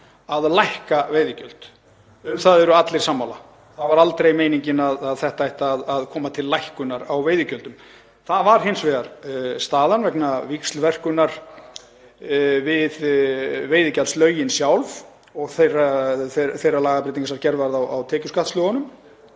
að lækka veiðigjald, um það eru allir sammála. Það var aldrei meiningin að þetta ætti að koma til lækkunar á veiðigjaldi. Það varð hins vegar staðan vegna víxlverkunar við veiðigjaldslögin sjálf og þeirrar lagabreytingar sem gerð var á tekjuskattslögunum